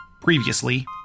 Previously